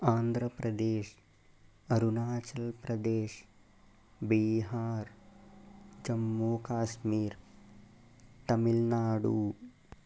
Andhra Pradesh Arunachal Pradesh Bihar Jammu Kashmir Tamil Nadu